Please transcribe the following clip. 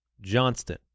Johnston